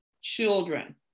children